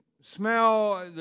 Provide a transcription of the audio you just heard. smell